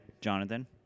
Jonathan